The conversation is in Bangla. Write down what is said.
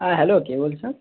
হ্যাঁ হ্যালো কে বলছেন